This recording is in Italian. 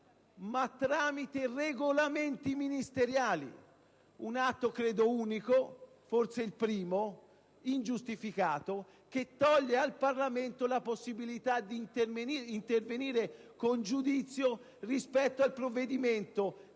tramite regolamenti ministeriali. Si tratta di un atto credo unico (forse il primo) e ingiustificato, che toglie al Parlamento la possibilità di intervenire con giudizio rispetto al provvedimento